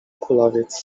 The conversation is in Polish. kulawiec